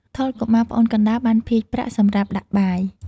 ថុល កុមារ (ប្អូនកណ្ដាល) បាន ភាជន៍ប្រាក់ សម្រាប់ដាក់បាយ។